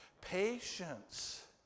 Patience